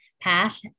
path